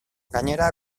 gainera